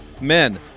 Men